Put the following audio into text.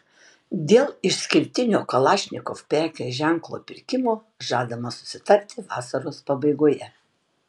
dėl išskirtinio kalašnikov prekės ženklo pirkimo žadama susitarti vasaros pabaigoje